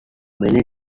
many